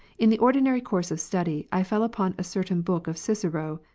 in the ordinary course of study, i fell upon a certain book of cicero,